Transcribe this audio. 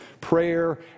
prayer